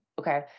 Okay